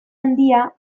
handia